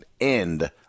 end